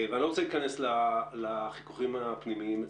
ואני לא רוצה להיכנס לחיכוכים הפנימיים אצלכם.